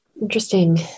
Interesting